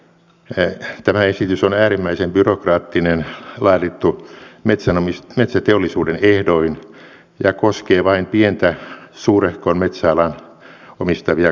tämä esitys on äärimmäisen byrokraattinen laadittu metsäteollisuuden ehdoin ja koskee vain suurehkon metsäalan omistavia kaupunkilaismetsänomistajia